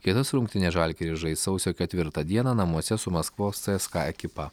kitas rungtynes žalgiris žais sausio ketvirtą dieną namuose su maskvos cska ekipa